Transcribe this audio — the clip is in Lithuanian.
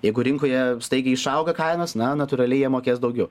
jeigu rinkoje staigiai išauga kainos na natūraliai jie mokės daugiau